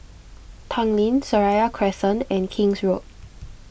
Tanglin Seraya Crescent and King's Road